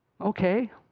okay